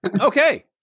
Okay